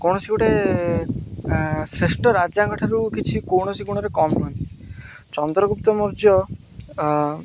କୌଣସି ଗୋଟେ ଶ୍ରେଷ୍ଠ ରାଜାଙ୍କଠାରୁ କିଛି କୌଣସି ଗୁଣରେ କମ୍ ନୁହଁନ୍ତି ଚନ୍ଦ୍ରଗୁପ୍ତ ମୌର୍ଯ୍ୟ